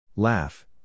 Laugh